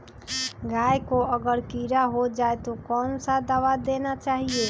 गाय को अगर कीड़ा हो जाय तो कौन सा दवा देना चाहिए?